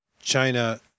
China